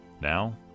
Now